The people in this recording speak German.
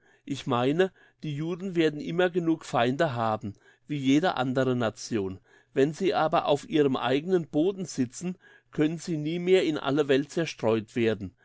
ich meine die juden werden immer genug feinde haben wie jede andere nation wenn sie aber auf ihrem eigenen boden sitzen können sie nie mehr in alle welt zerstreut werden